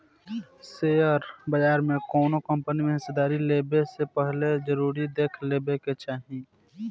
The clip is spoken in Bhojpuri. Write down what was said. शेयर बाजार में कौनो कंपनी में हिस्सेदारी लेबे से पहिले इ जरुर देख लेबे के चाही